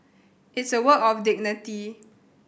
it's a work of dignity